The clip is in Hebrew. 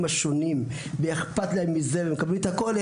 השונים ואכפת להם מזה ומקבלים את הכול,